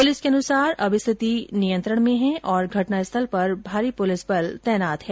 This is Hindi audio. पुलिस के अनुसार अब स्थित नियंत्रण में है और घटना स्थल पर भारी पुलिसबल तैनात है